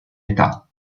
età